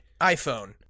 iPhone